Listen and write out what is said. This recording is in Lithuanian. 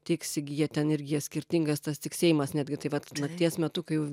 tiksi gi jie ten ir jie skirtingas tas tiksėjimas netgi taip vat nakties metu kai jau